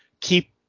keep